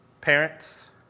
Parents